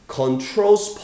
controls